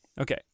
Okay